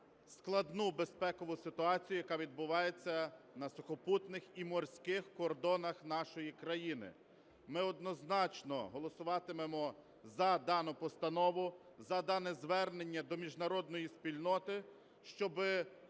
складну безпекову ситуацію, яка відбувається на сухопутних і морських кордонах нашої країни. Ми однозначно голосуватимемо за дану постанову, за дане звернення до міжнародної спільноти, щоб